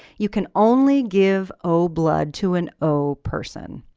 you can only give o blood to an o person.